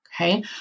Okay